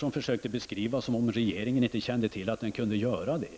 Hon försökte beskriva det som om regeringen inte kände till att den kunde göra det.